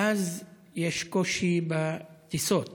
ואז יש קושי בטיסות.